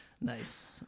nice